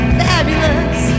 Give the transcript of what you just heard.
fabulous